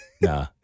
nah